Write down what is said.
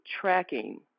tracking